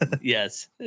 Yes